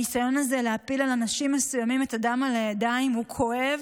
הניסיון הזה להפיל על אנשים מסוימים את הדם על הידיים הוא כואב,